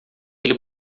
ele